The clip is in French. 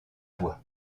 voix